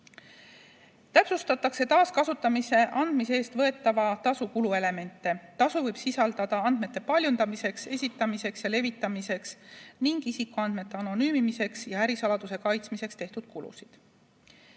Täpsustatakse taaskasutamisse andmise eest võetava tasu kuluelemente. Tasu võib sisaldada andmete paljundamiseks, esitamiseks ja levitamiseks ning isikuandmete anonüümimiseks ja ärisaladuse kaitsmiseks tehtud kulusid.